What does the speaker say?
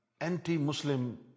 anti-muslim